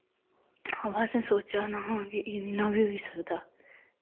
हांवा असैं सोचेदा नेहां के इन्ना वी होई सकदा